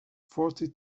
forty